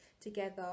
together